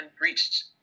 breached